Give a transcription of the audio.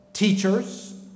Teachers